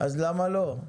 אז למה לא?